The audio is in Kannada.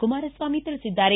ಕುಮಾರಸ್ವಾಮಿ ತಿಳಿಸಿದ್ದಾರೆ